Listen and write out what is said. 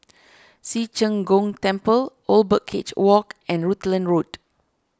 Ci Zheng Gong Temple Old Birdcage Walk and Rutland Road